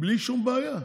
בלי שום בעיה.